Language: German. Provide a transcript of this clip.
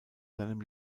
seinem